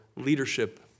leadership